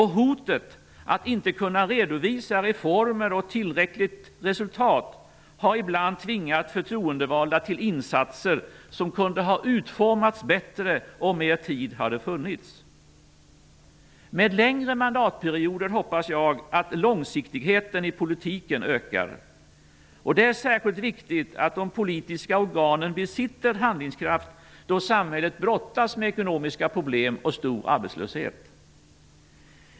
Hotet att inte kunna redovisa reformer och tillräckligt resultat har ibland tvingat förtroendevalda till insatser som kunde ha utformats bättre, om mer tid hade funnits. Med längre mandatperioder hoppas jag att långsiktigheten i politiken ökar. Det är särskilt viktigt att de politiska organen besitter handlingskraft då samhället brottas med ekonomiska problem och stor arbetslöshet.